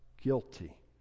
guilty